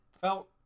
felt